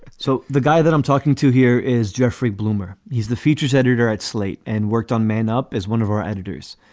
so the guy that i'm talking to here is jeffrey bloomer. he's the features editor at slate and worked on man up as one of our editors.